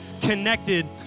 connected